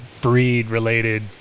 breed-related